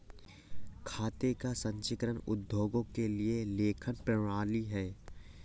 खाते का संचीकरण उद्योगों के लिए एक लेखन प्रणाली है